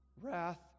wrath